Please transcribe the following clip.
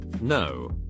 no